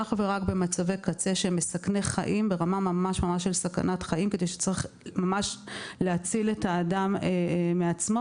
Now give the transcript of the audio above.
אך ורק במצבי קצה מסכני חיים בהם צריך להציל את האדם מעצמו